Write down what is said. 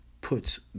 puts